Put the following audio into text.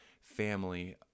family